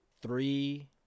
three